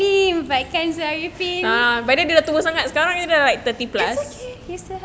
invitekan zul ariffin it's okay he still